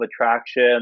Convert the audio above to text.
attraction